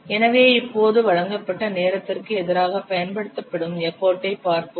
எனவே இப்போது வழங்கப்பட்ட நேரத்திற்கு எதிராக பயன்படுத்தப்படும் எஃபர்ட்டை பார்ப்போம்